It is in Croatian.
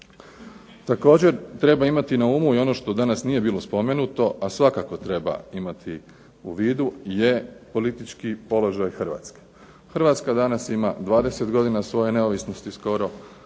Također treba imati na umu i ono što danas nije bilo spomenuto a svakako treba imati u vidu je politički položaj Hrvatske. Hrvatska danas ima 20 godina svoje neovisnosti skoro.